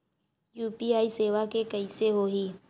UPI सेवा के कइसे होही?